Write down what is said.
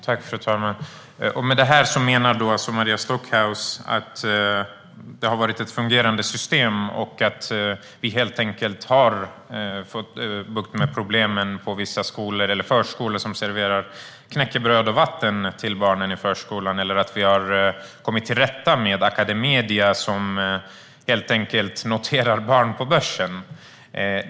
Fru talman! Med det här menar Maria Stockhaus att det har varit ett fungerande system och att vi har fått bukt med problemen på vissa skolor eller förskolor som serverar knäckebröd och vatten till barnen eller att vi har kommit till rätta med Academedia som helt enkelt noterar barn på börsen.